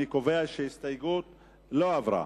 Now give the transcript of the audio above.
אני קובע שההסתייגות לא עברה.